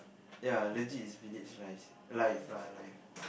ya legit is village life life lah life